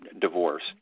divorce